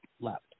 left